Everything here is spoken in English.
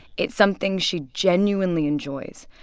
it's something she genuinely enjoys.